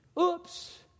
Oops